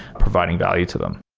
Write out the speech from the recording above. providing value to them?